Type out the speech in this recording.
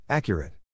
Accurate